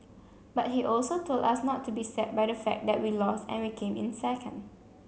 but he also told us not be sad by the fact that we lost and we came in second